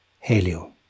Helio